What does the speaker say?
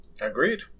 Agreed